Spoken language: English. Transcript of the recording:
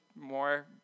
more